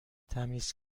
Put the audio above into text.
تمیز